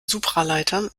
supraleiter